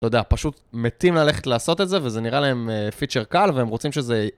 לא יודע, פשוט מתים ללכת לעשות את זה, וזה נראה להם פיצ'ר קל, והם רוצים שזה יהיה...